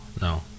no